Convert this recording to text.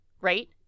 Right